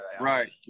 Right